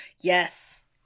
Yes